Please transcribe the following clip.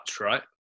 right